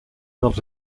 dels